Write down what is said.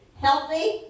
healthy